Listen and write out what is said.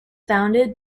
founded